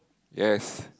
yes